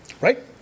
right